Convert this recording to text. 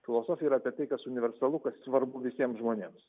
filosofija yra apie tai kas universalu kas svarbu visiems žmonėms